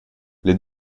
les